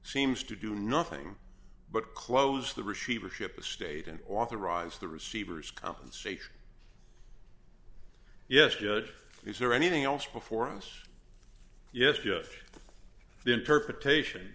seems to do nothing but close the receivership of state and authorize the receiver's compensation yes judge is there anything else before us yes yes the interpretation